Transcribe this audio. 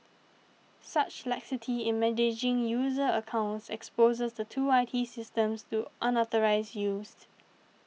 such laxity in managing user accounts exposes the two I T systems to unauthorised used